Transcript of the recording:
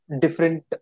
different